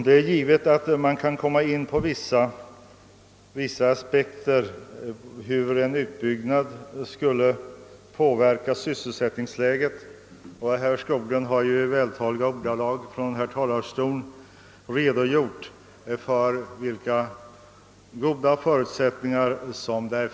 Det är dock givet att man kan komma in på vissa aspekter beträffande hur en utbyggnad av Vindelälven skulle påverka sysselsättningsläget, och herr Skoglund har i vältaliga ordalag från denna talarstol redogjort för vad den skulle kunna innebära.